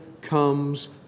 comes